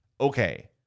okay